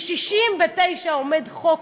מ-1969 עומד חוק,